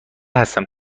هستیم